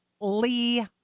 Lee